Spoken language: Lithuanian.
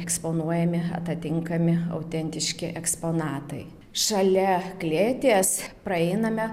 eksponuojami atatinkami autentiški eksponatai šalia klėties praeiname